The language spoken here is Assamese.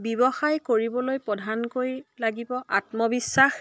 ব্যৱসায় কৰিবলৈ প্ৰধানকৈ লাগিব আত্মবিশ্বাস